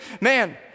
man